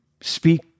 speak